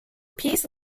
piece